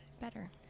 better